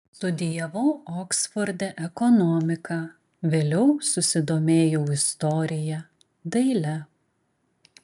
studijavau oksforde ekonomiką vėliau susidomėjau istorija daile